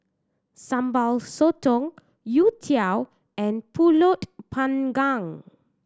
Sambal Sotong youtiao and Pulut Panggang